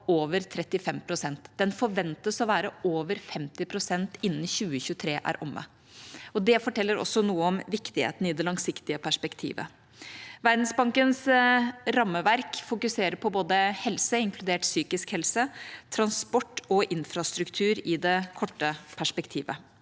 Den forventes å være over 50 pst. innen 2023 er omme. Det forteller også noe om viktigheten i det langsiktige perspektivet. Verdensbankens rammeverk fokuserer på både helse, inkludert psykisk helse, transport og infrastruktur i det korte perspektivet.